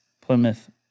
Plymouth